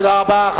תודה רבה.